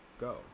go